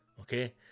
Okay